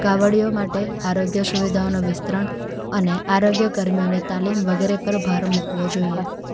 કાવડીઓ માટે આરોગ્ય સુવિધાઓનું વિસ્તરણ અને આરોગ્ય કર્મીઓને તાલીમ વગેરે પર ભાર મૂકવો જોઈએ